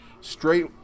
straight